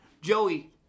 Joey